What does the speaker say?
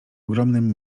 ogromnym